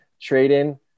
trade-in